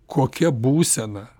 kokia būsena